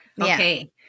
Okay